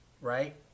right